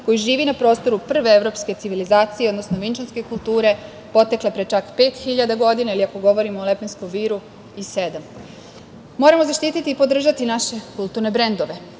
koji živi na prostoru prve evropske civilizacije, odnosno vinčanske kulture, potekle pre čak 5.000 godina ili ako govorimo o Lepenskom viru i 7.000 godina. Moramo zaštititi i podržati naše kulturne brendove.